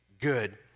good